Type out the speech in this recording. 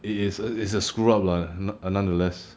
it is a is a screw up lah none~ nonetheless